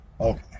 okay